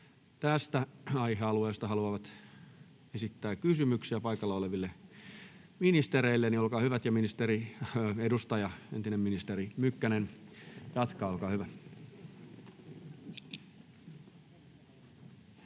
tästä aihealueesta haluavat esittää kysymyksiä paikalla oleville ministereille, olkaa hyvät. — Ja ministeri, edustaja, entinen ministeri Mykkänen jatkaa, olkaa hyvä.